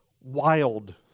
wild